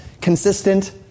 consistent